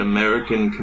American